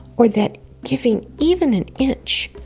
or that giving even an inch,